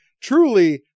truly